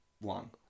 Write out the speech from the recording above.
one